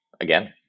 again